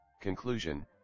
Conclusion